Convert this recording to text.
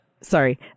Sorry